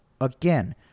again